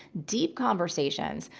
deep conversations.